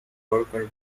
worker